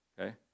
Okay